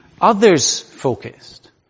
others-focused